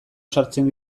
sartzen